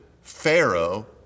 Pharaoh